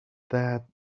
that